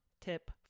tip